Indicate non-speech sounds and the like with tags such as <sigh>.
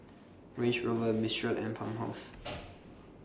Range Rover Mistral and Farmhouse <noise>